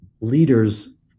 leaders